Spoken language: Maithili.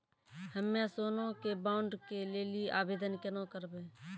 हम्मे सोना के बॉन्ड के लेली आवेदन केना करबै?